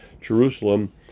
Jerusalem